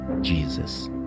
Jesus